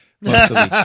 Mostly